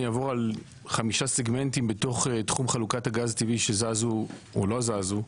אני אעבור על חמישה סגמנטים בתך תחום חלוקת הגז הטבעי שזזו או לא זזו,